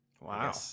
wow